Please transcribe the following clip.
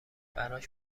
براش